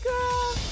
girl